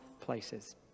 places